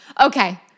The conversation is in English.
Okay